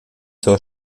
zur